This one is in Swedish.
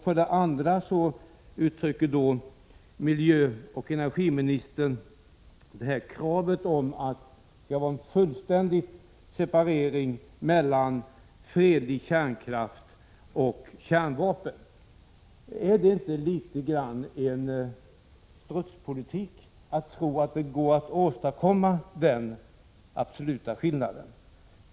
För det andra uttrycker miljöoch energiministern kravet att det skall vara en fullständig separering mellan fredlig kärnkraft och kärnvapen. Är det inte litet av strutspolitik att tro att det går att åstadkomma denna absoluta skillnad?